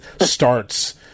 starts